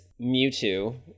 Mewtwo